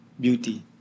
beauty